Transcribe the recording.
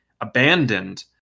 abandoned